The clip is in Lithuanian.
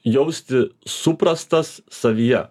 jausti suprastas savyje